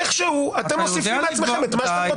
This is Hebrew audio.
איכשהו אתם מוסיפים מעצמכם את מה שאתם רוצים.